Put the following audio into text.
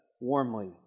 warmly